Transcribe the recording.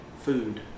Food